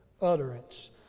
utterance